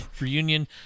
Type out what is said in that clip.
reunion